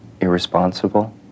Irresponsible